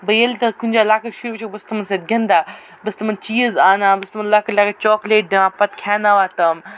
بہٕ ییٚلہِ تہِ کُنہِ جایہِ لۄکٕٹۍ شُرۍ وٕچھَکھ بہٕ چھَس تِمَن سۭتۍ گِنٛدان بہٕ چھَس تِمَن چیٖز آنان بہٕ چھَس تِمَن لۄکٕٹۍ لۄکٕٹۍ چاکلیٹ دِوان پتہٕ کھیناوان تِم